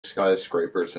skyscrapers